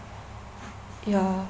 ya